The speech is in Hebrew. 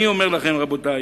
אני אומר לכם, רבותי,